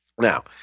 Now